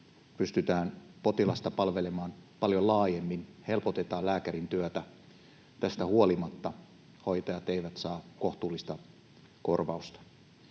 pystytään potilasta palvelemaan paljon laajemmin, helpotetaan lääkärin työtä — tästä huolimatta hoitajat eivät saa kohtuullista korvausta.